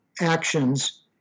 actions